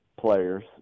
players